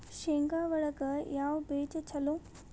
ಶೇಂಗಾ ಒಳಗ ಯಾವ ಬೇಜ ಛಲೋ?